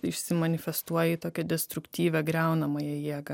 išsimanifestuoja į tokią destruktyvią griaunamąją jėgą